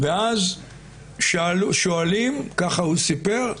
ואז שואלים, ככה הוא סיפר,